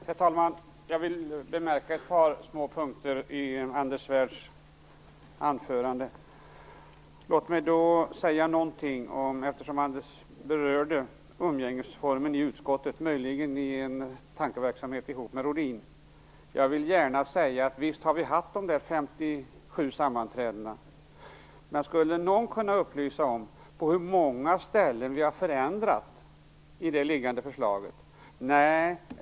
Herr talman! Jag vill bemärka ett par små punkter i Anders Svärds anförande, eftersom Anders Svärd berörde umgängesformen i utskottet, möjligen i en tankeverksamhet ihop med Lennart Rohdin. Visst har vi haft dessa 57 sammanträden. Men skulle någon kunna upplysa om på hur många ställen vi har förändrat i det föreliggande förslaget?